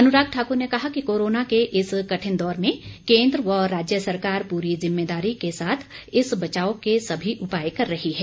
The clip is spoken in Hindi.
अनुराग ठाकुर ने कहा कि कोरोना के इस कठिन दौर में केंद्र व राज्य सरकार पूरी जिम्मेदारी के साथ इससे बचाव के सभी उपाय कर रही है